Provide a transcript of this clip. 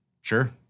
Sure